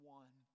one